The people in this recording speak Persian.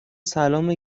سلام